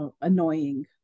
annoying